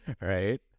Right